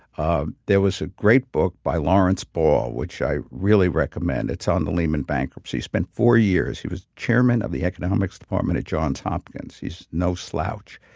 ah there was a great book by lawrence ball which i really recommend, it's on the lehman bankruptcy he spent four years, he was chairman of the economics department at johns hopkins. he's no slouch.